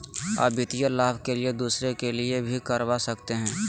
आ वित्तीय लाभ के लिए दूसरे के लिए भी करवा सकते हैं?